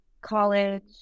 college